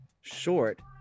short